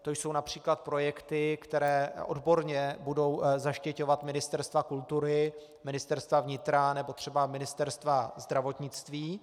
To jsou například projekty, které odborně bude zaštiťovat Ministerstvo kultury, Ministerstvo vnitra nebo třeba Ministerstvo zdravotnictví.